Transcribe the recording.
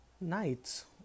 Nights